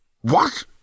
What